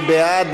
מי בעד?